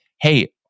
hey